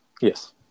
Yes